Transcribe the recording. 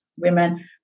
women